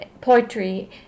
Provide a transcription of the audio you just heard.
poetry